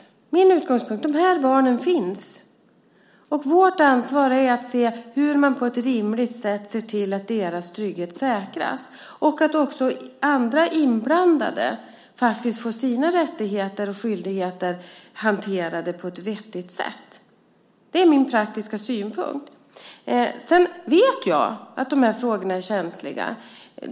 Det är min utgångspunkt, och vårt ansvar är att ta reda på hur man på ett rimligt sätt ser till att deras trygghet säkras och att andra inblandade också får sina rättigheter och skyldigheter hanterade på ett vettigt sätt. Det är min praktiska synpunkt. Jag vet att de här frågorna är känsliga.